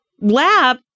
lab